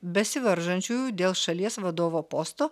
besivaržančiųjų dėl šalies vadovo posto